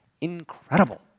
incredible